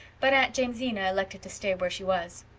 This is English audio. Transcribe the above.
but aunt jamesina elected to stay where she was.